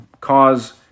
cause